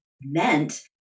meant